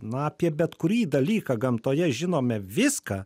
na apie bet kurį dalyką gamtoje žinome viską